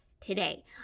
today